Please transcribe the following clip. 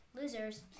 losers